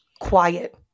quiet